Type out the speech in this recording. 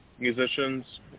musicians